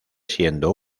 siendo